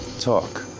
Talk